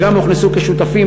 שגם הם הוכנסו כשותפים,